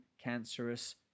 cancerous